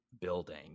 building